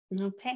Okay